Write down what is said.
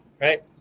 right